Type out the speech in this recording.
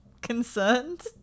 concerned